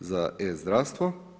za e-zdravstvo.